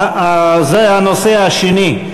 זה הנושא השני.